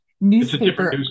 newspaper